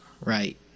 right